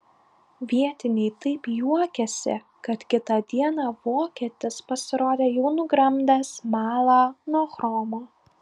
vietiniai taip juokėsi kad kitą dieną vokietis pasirodė jau nugramdęs smalą nuo chromo